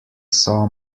saw